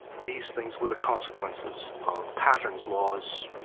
these things were the consequences of patterns, laws,